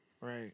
Right